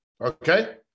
okay